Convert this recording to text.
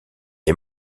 est